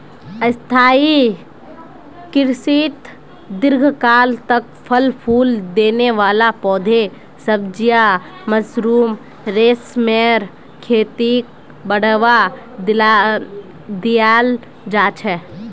स्थाई कृषित दीर्घकाल तक फल फूल देने वाला पौधे, सब्जियां, मशरूम, रेशमेर खेतीक बढ़ावा दियाल जा छे